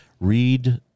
read